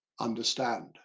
understand